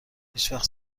هیچوقت